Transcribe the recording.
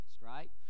right